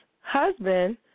husband